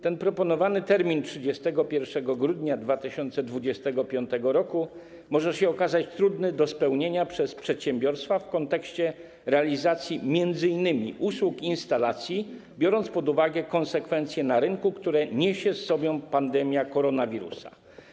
Ten proponowany termin, 31 grudnia 2025 r., może się okazać trudny do spełnienia przez przedsiębiorstwa w kontekście realizacji m.in. usług instalacji, biorąc pod uwagę konsekwencje na rynku, które niesie za sobą pandemia koronawirusa.